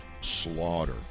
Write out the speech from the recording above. slaughter